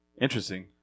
Interesting